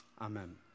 Amen